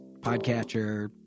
Podcatcher